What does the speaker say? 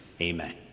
Amen